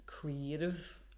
creative